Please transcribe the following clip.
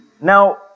Now